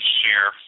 share